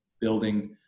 building